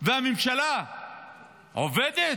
והממשלה עובדת?